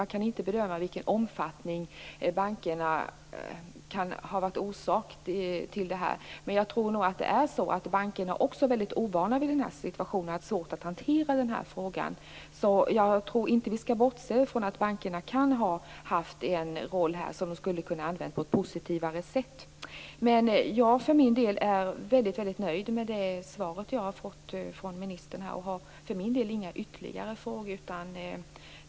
Man kan inte bedöma i vilken omfattning bankerna kan har varit en orsak till problemen. Men jag tror nog att också bankerna är väldigt ovana vid den här situationen och har svårt att hantera frågan. Jag tror inte att vi skall bortse från att bankerna kan ha haft en roll som de borde kunnat använda på ett positivare sätt. Jag är för min del väldigt nöjd med det svar jag har fått från ministern har och inga ytterligare frågor.